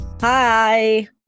Hi